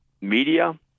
media